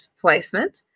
placement